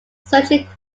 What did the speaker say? sergeant